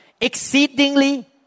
Exceedingly